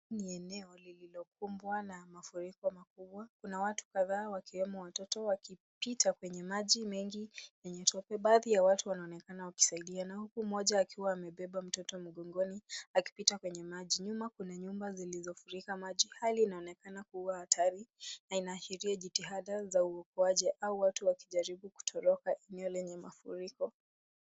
Ni eneo lililokumbwa na mafuriko makubwa. Kuna watu kadhaa wakiwemo watoto, wakipita kwenye maji mengi, yenye tope. Baadhi ya watu wanaonekana wakisaidiana, huku mmoja akiwa amebeba mtoto mgongoni, akipita kwenye maji. Nyuma kuna nyumba zilizofurika maji. Hali inaonekana kuwa hatari, na inaashiria jitihada za uokoaji, au watu wakijaribu kutoroka eneo lenye mafuriko.